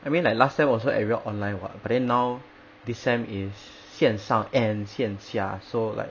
I mean like last sem also everyone online [what] but then now this sem is 线上 and 线下 so like